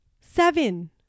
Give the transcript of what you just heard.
seven